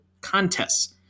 contests